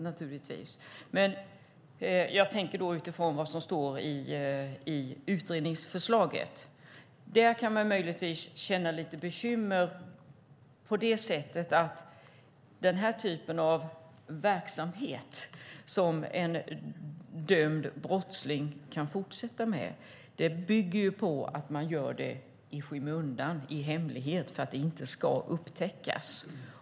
Men möjligtvis kan jag känna mig lite bekymrad över det som står i utredningsförslaget. Den här typen av verksamhet, som en dömd brottsling kan fortsätta med, bygger ju på att man gör det i skymundan, i hemlighet, för att det inte ska upptäckas.